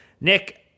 Nick